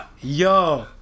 Yo